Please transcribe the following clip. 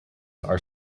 are